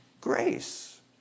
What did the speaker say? grace